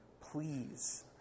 Please